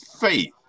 faith